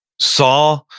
saw